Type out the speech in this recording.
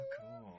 cool